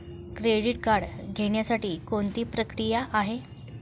Credit card घेण्यासाठी कोणती प्रक्रिया आहे?